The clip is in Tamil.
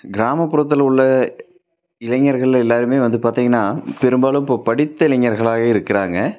கிராமப்புறத்தில் உள்ள இளைஞர்களில் எல்லாேருமே வந்து பார்த்தீங்கனா பெரும்பாலும் இப்போது படித்த இளைஞர்களாகவே இருக்கிறாங்க